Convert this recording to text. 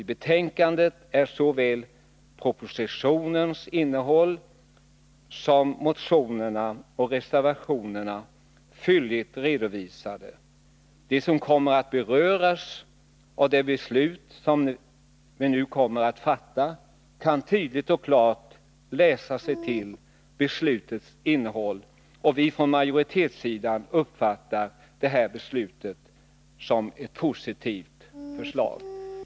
I betänkandet är såväl propositionens innehåll som motionerna och reservationerna fylligt redovisade. De som berörs av det beslut som vi nu kommer att fatta kan tydligt och klart läsa sig till beslutets innehåll. Vi från majoritetssidan uppfattar det som ett positivt beslut.